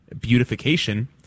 beautification